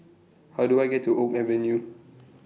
How Do I get to Oak Avenue